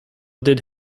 did